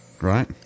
right